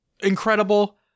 incredible